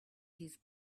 his